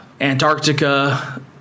Antarctica